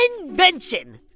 invention